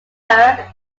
jacques